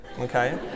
Okay